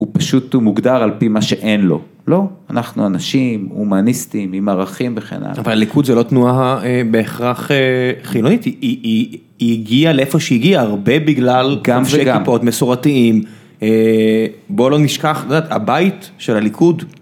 הוא פשוט הוא מוגדר על פי מה שאין לו, לא, אנחנו אנשים הומניסטיים עם ערכים וכן הלאה. אבל הליכוד זה לא תנועה בהכרח חילונית, היא הגיעה לאיפה שהיא שהגיעה הרבה בגלל חובשי כיפות מסורתיים, בוא לא נשכח, הבית של הליכוד.